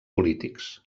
polítics